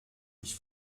ich